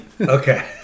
okay